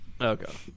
Okay